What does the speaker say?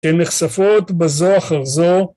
הן נחשפות בזו אחר זו.